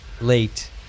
late